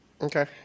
Okay